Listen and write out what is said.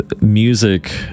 Music